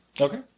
Okay